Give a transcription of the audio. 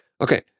Okay